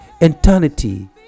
eternity